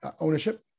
ownership